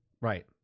right